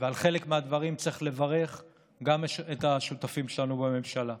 ועל חלק מהדברים צריך לברך גם את השותפים שלנו בממשלה.